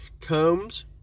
combs